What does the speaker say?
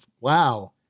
wow